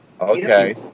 Okay